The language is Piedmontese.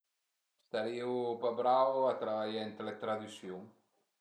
Sarìu pa brau a travaié ënt le tradüsiun